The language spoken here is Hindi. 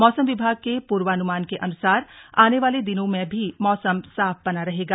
मौसम विभाग के पूर्वानुमान के अनुसार आने वाले दिनों में भी मौसम साफ बना रहेगा